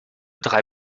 drei